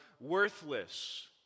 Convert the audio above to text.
worthless